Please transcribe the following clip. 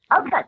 Okay